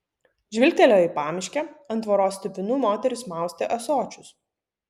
žvilgtelėjo į pamiškę ant tvoros stipinų moteris maustė ąsočius